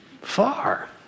Far